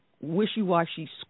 wishy-washy